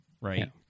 right